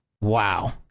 Wow